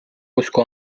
usu